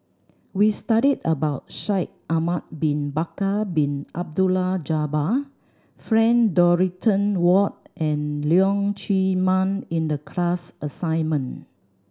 we studied about Shaikh Ahmad Bin Bakar Bin Abdullah Jabbar Frank Dorrington Ward and Leong Chee Mun in the class assignment